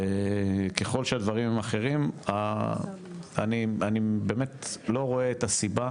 ככל שהדברים אחרים אני באמת לא רואה את הסיבה